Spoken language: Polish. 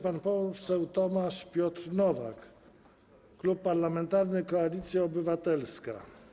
Pan poseł Tomasz Piotr Nowak, Klub Parlamentarny Koalicja Obywatelska.